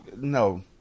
No